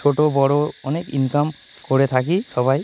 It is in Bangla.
ছোট বড় অনেক ইনকাম করে থাকি সবাই